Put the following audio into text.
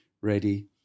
ready